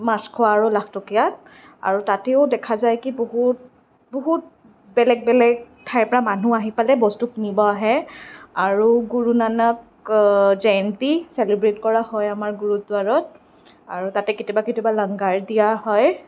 মাছখোৱা আৰু লাখটকীয়াত আৰু তাতেও দেখা যায় কি বহুত বহুত বেলেগ বেলেগ ঠাইৰ পৰা মানুহ আহি পেলাই বস্তু কিনিবলৈ আহে আৰু গুৰু নানক জয়ন্তী চেলিব্ৰেট কৰা হয় আমাৰ গুৰুদ্বাৰত আৰু তাতে কেতিয়াবা কেতিয়াবা লংগৰ দিয়া হয়